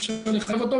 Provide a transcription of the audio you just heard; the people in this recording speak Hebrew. אי-אפשר לחייב אותו,